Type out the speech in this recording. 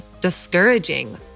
discouraging